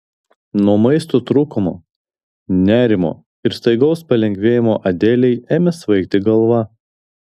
nuo maisto trūkumo nerimo ir staigaus palengvėjimo adelei ėmė svaigti galva